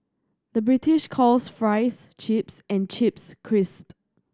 the British calls fries chips and chips crisp